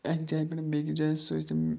اکہِ جایہِ پٮ۪ٹھ بیٚکِس جایہِ